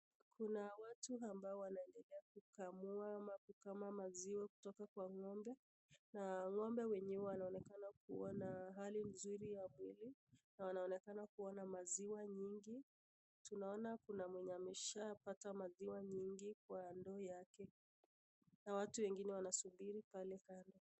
Kuna watu ambao wanaendelea kukamua ama kukama maziwa kutoka kwa ng'ombe na ng'ombe wenyewe wanaonekana kuwa na hali nzuri ya mwili na wanaonekana kua na maziwa nyingi. Tunaona kuna mwenye ashapata maziwa nyingi kwa ndoo yake na watu wengine wanasubiri pale kando.